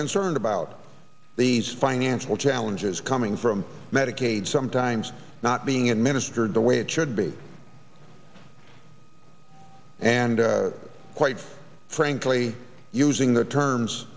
concerned about these financial challenges coming from medicaid sometimes not being administered the way it should be and quite frankly using the terms